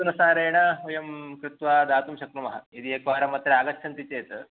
तदनुसारेण वयं कृत्वा दातुं शक्नुमः यदि एकवारम् अत्र आगच्छन्ति चेत्